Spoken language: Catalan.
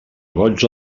gots